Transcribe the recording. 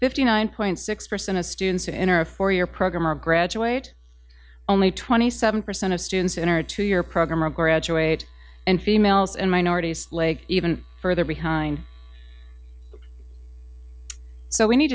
fifty nine point six percent of students in our four year program or graduate only twenty seven percent of students in our two year program are graduate and females and minorities leg even further behind so we need